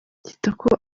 kitoko